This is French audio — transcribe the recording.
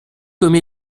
comme